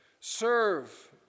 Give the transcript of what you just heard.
Serve